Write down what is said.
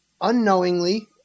unknowingly